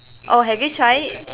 orh have you tried it